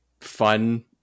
fun